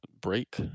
break